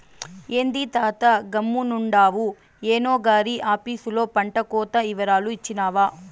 ఏంది తాతా గమ్మునుండావు ఏవో గారి ఆపీసులో పంటకోత ఇవరాలు ఇచ్చినావా